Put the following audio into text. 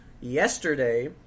yesterday